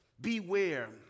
Beware